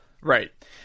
Right